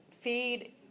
feed